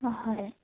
হয় হয়